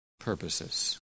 purposes